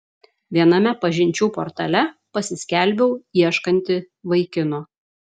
viename pažinčių portale pasiskelbiau ieškanti vaikino